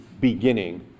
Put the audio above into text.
beginning